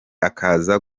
akaza